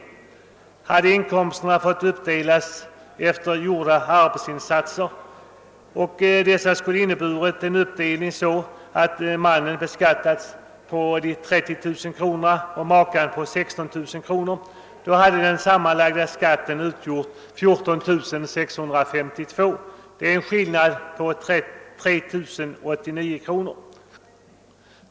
vid sambeskattning, men om inkomsterna hade fått uppdelas efter gjorda arbetsinsatser, och om mannen då hade beskattats för 30 000 och makan för 16 000 kr., så hade den sammanlagda skatten blivit 14652 kr., d.v.s. en skillnad på 3 089 kr.